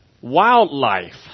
wildlife